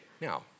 now